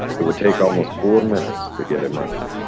it would take almost four minutes to get him under